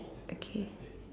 okay